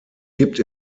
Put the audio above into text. gibt